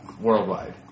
worldwide